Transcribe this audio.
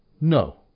No